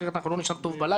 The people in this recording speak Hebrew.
אחרת אנחנו לא נישן טוב בלילה.